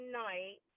night